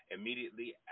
immediately